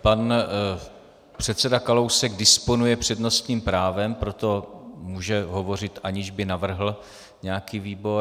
Pan předseda Kalousek disponuje přednostním právem, proto může hovořit, aniž by navrhl nějaký výbor.